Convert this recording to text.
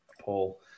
Paul